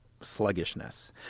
sluggishness